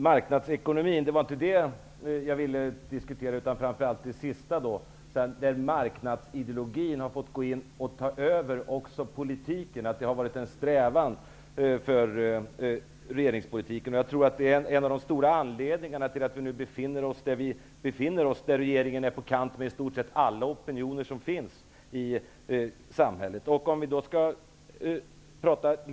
Fru talman! Det var inte marknadsekonomin jag ville diskutera, utan det faktum att regeringspolitiken har syftat till att få marknadsideologin att gå in och ta över också politiken. Jag tror att det är en av de stora anledningarna till att vi nu befinner oss där vi befinner oss. Regeringen är på kant med i stort sett alla opinioner som finns i samhället.